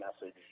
message